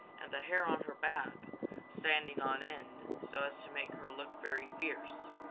and the hair on her back standing on end so as to make her look very fierce.